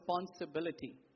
responsibility